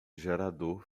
gerador